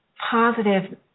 positive